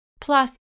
Plus